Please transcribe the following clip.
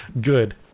good